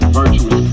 virtuous